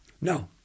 No